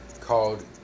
called